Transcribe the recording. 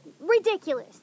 ridiculous